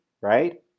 right